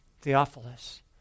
Theophilus